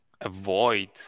avoid